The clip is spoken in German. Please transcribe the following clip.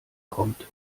kommt